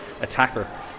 attacker